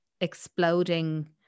exploding